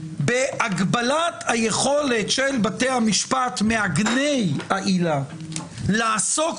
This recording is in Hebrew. בהגבלת היכולת של בתי המשפט מעגני העילה לעסוק